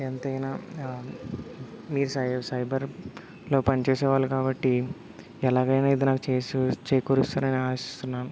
ఎంతైనా మీ సై సైబర్లోపన్ చేసే వాళ్ళు కాబట్టి ఎలాగైనా ఇది నాకు చేసూ చేకూరుస్తారని ఆశిస్తున్నాను